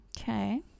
Okay